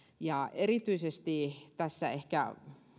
erityisesti tässä ehkä